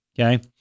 Okay